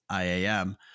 IAM